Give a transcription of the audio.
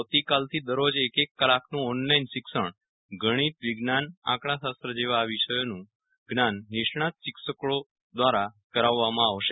આવતીકાલથી દરરોજ એક એક કલાકનું ઓનલાઈન શિક્ષણ ગણિત વિજ્ઞાન જેવા વિષયોનું જ્ઞાન નિષ્ણાત શિક્ષકો દ્વારા કરાવવામાં આવશે